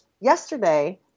yesterday